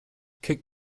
kick